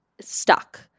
stuck